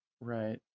Right